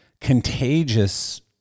contagious